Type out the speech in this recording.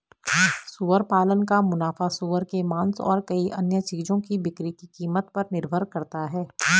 सुअर पालन का मुनाफा सूअर के मांस और कई अन्य चीजों की बिक्री की कीमत पर निर्भर करता है